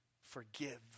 forgive